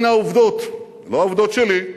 הנה העובדות, לא העובדות שלי,